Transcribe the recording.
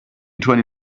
twenty